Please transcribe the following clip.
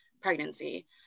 pregnancy